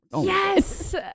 yes